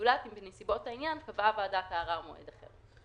זולת אם בנסיבות העניין קבעה ועדת הערר מועד אחר,